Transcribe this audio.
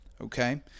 Okay